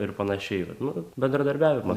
ir panašiai vat nu bendradarbiavimas